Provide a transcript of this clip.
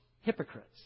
hypocrites